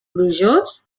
plujós